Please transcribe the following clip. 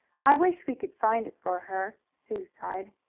i wish we could find it for her, sue sighed.